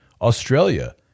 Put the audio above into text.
Australia